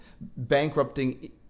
bankrupting